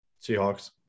Seahawks